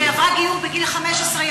שעברה גיור בגיל 15,